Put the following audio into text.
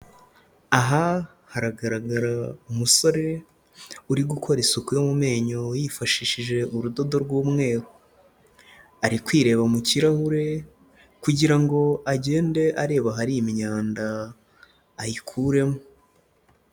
Aha haragaragara umusore uri gukora isuku yo mu menyo yifashishije urudodo rw'umweru, ari kwireba mu kirahure kugira ngo agende areba ahari imyanda ayikuremo.